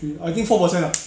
three I think four percent lah